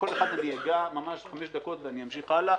בכל אחד אני אגע בחמש דקות ואני אמשיך הלאה.